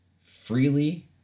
freely